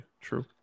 True